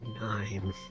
nine